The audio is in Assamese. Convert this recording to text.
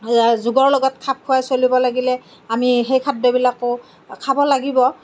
যুগৰ লগত খাব খোৱাই চলিব লাগিলে আমি সেই খাদ্যবিলাকো খাব লাগিব